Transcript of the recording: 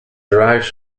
derives